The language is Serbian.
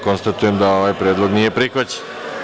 Konstatujem da ovaj predlog nije prihvaćen.